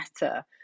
better